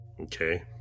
Okay